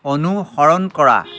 অনুসৰণ কৰা